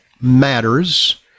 matters